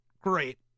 great